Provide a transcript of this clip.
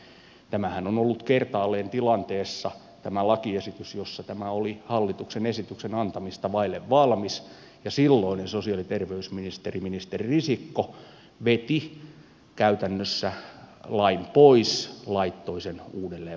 tämä lakiesityshän on ollut kertaalleen tilanteessa jossa tämä oli hallituksen esityksen antamista vaille valmis ja silloinen sosiaali ja terveysministeri ministeri risikko veti käytännössä lain pois laittoi sen uudelleenvalmisteluun